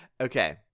Okay